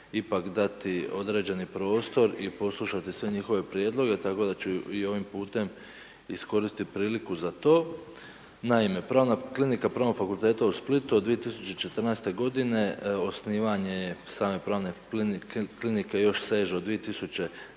ipak dati određeni prostor i poslušati sve njihove prijedloge, tako da ću i ovim putem iskoristiti priliku za to. Naime, pravna klinika Pravnom fakultetu u Splitu, od 2014. g. osnivanje je same pravne klinike još sežu od 2009.